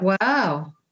Wow